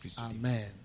Amen